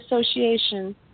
association